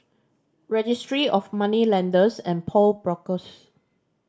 Registry of Moneylenders and Pawnbrokers